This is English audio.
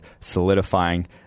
solidifying